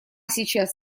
сейчас